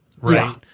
right